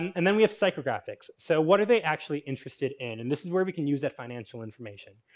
and then we have psychographics. so, what are they actually interested in? and this is where we can use that financial information.